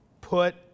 put